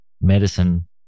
medicine